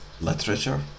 literature